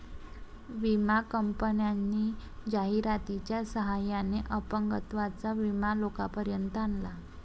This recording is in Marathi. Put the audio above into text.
विमा कंपन्यांनी जाहिरातीच्या सहाय्याने अपंगत्वाचा विमा लोकांपर्यंत आणला